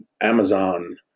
Amazon